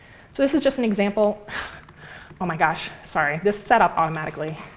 so this is just an example oh my gosh, sorry. this set up automatically.